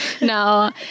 No